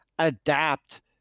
adapt